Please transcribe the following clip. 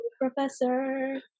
professor